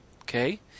okay